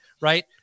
right